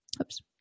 Oops